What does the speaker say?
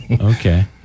Okay